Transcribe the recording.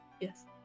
Yes